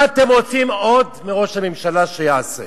מה אתם רוצים עוד שראש הממשלה יעשה?